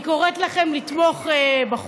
אני קוראת לכם לתמוך בחוק.